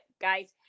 guys